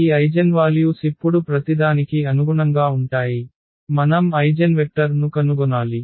ఈ ఐగెన్వాల్యూస్ ఇప్పుడు ప్రతిదానికి అనుగుణంగా ఉంటాయి మనం ఐగెన్వెక్టర్ ను కనుగొనాలి